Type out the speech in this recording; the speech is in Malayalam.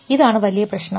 ഇതാണ് വലിയ പ്രശ്നം